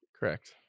Correct